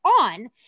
on